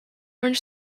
orange